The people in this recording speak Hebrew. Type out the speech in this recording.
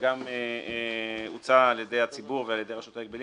שגם הוצע על ידי הציבור ועל ידי רשות ההגבלים